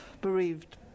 bereaved